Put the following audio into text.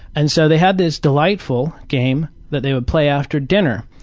and so they had this delightful game that they would play after dinner.